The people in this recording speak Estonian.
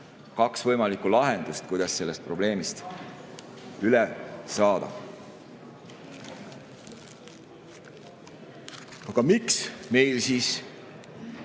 kaks võimalikku lahendust, kuidas sellest probleemist üle saada. Miks meil siis